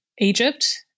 Egypt